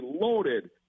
loaded